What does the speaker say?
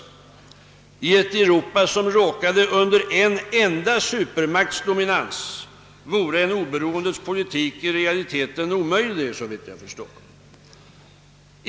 I ett Europa som råkade under en enda supermakts dominans vore en oberoendets politik i realiteten omöjlig.